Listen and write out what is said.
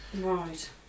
Right